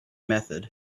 method